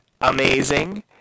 amazing